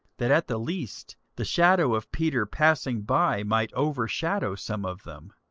that at the least the shadow of peter passing by might overshadow some of them.